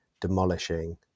demolishing